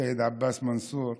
סייד עבאס מנסור,